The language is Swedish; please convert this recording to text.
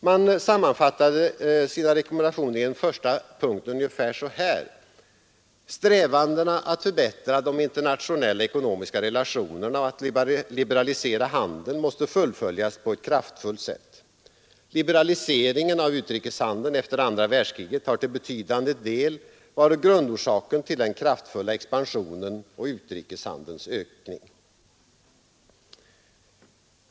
Man sammanfattade sina rekommendationer i en första punkt ungefär så här: Strävandena att förbättra de internationella ekonomiska relationerna och att liberalisera handeln måste fullföljas på ett kraftfullt sätt. Liberaliseringen av utrikeshandeln efter andra världskriget har till betydande del varit grundorsaken till den kraftfulla expansionen och utrikeshandelns ökning.